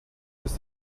ist